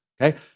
okay